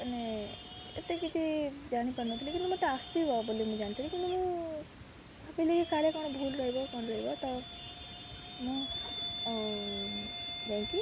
ମାନେ ଏତେ କିଛି ଜାଣିପାରୁନଥିଲି କିନ୍ତୁ ମୋତେ ଆସିବ ବୋଲି ମୁଁ ଜାଣିଥିଲି କିନ୍ତୁ ମୁଁ ଭାବିଲି କାଳେ କ'ଣ ଭୁଲ ରହିବ କ'ଣ ରହିବ ତ ମୁଁ ଯାଇକି